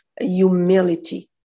humility